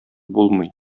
булмый